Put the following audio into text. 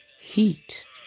heat